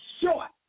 short